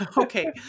okay